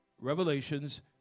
Revelations